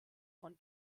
von